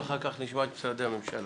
ואחר כך נשמע את משרדי הממשלה.